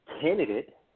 candidate